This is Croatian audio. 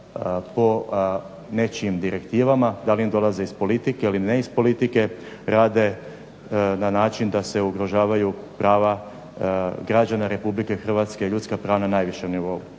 po nečijim direktivama, da li im dolaze iz politike ili ne iz politike rade na način da se ugrožavaju prava građana RH i ljudska prava na najvišem nivou.